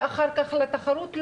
ואחר-כך לתחרות.